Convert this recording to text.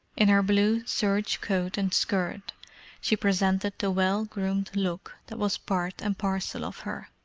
in her blue serge coat and skirt she presented the well-groomed look that was part and parcel of her.